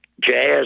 jazz